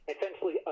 essentially